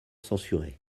censurés